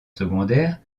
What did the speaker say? secondaire